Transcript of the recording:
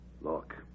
Look